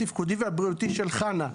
התפקודי והבריאותי של חנה".